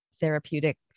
therapeutic